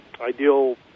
ideal